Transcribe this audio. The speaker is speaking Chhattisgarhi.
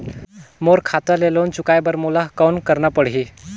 मोर खाता ले लोन चुकाय बर मोला कौन करना पड़ही?